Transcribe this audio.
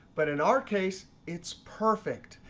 but in our case, it's perfect.